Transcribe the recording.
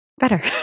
Better